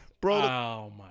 Bro